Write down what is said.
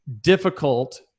difficult